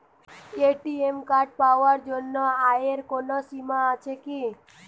ATM card পাওয়ার জন্য আয়ের কোনো সীমা আছে কি?